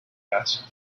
asked